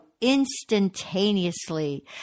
instantaneously